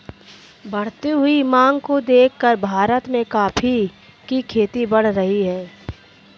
बढ़ती हुई मांग को देखकर भारत में कॉफी की खेती बढ़ रही है